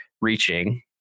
reaching